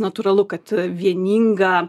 natūralu kad vieninga